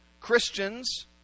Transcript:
Christians